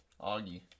Augie